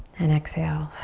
and exhale.